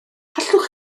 allwch